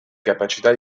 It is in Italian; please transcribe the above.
capacità